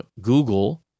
Google